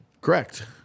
Correct